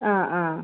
അ അ